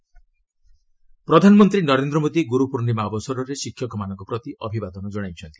PM Gurupurnima ପ୍ରଧାନମନ୍ତ୍ରୀ ନରେନ୍ଦ୍ର ମୋଦୀ ଗୁରୁପୂର୍ଣ୍ଣିମା ଅବସରରେ ଶିକ୍ଷକମାନଙ୍କ ପ୍ରତି ଅଭିବାଦନ କ୍ଷାଇଛନ୍ତି